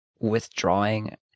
withdrawing